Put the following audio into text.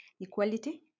equality